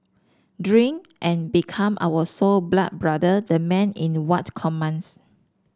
drink and become our sore blood brother the man in what commands